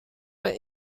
were